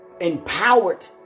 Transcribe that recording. empowered